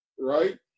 right